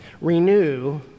renew